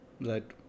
Right